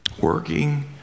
Working